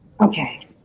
Okay